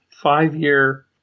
five-year